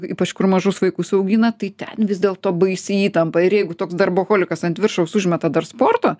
ypač kur mažus vaikus augina tai ten vis dėlto baisi įtampa ir jeigu toks darboholikas ant viršaus užmeta dar sporto